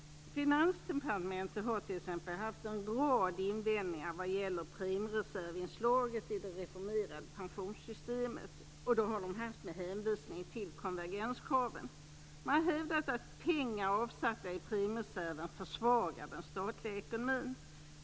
Finansdepartementet har t.ex. haft en rad invändningar vad gäller premiereservinslaget i det reformerade pensionssystemet. Det har man haft med hänvisning till konvergenskraven. Man har hävdat att pengar avsatta i premiereserven försvagar den statliga ekonomin.